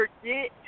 forget